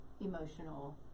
emotional